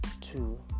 two